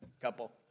couple